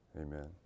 Amen